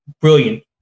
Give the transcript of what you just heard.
brilliant